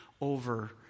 over